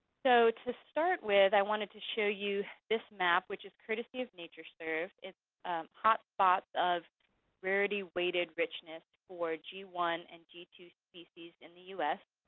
so to start with, i wanted to show you this map, which is courtesy of natureserve. it's hotspots of rarityweighted richness for g one and g two species in the u s.